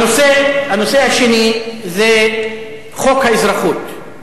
הנושא השני זה חוק האזרחות.